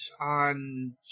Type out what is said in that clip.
on